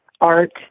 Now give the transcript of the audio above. art